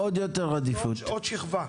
עוד שכבה.